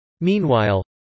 Meanwhile